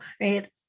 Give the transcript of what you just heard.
right